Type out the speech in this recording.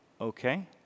Okay